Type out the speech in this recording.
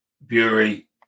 Bury